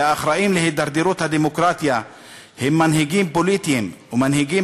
והאחראים להידרדרות הדמוקרטיה הם מנהיגים פוליטיים ומנהיגים